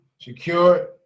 secure